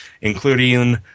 including